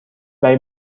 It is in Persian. برای